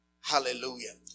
Hallelujah